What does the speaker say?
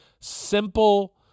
simple